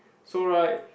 so right